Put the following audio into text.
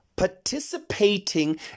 participating